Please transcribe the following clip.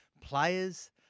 players